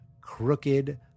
crooked